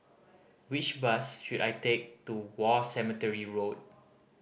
which bus should I take to War Cemetery Road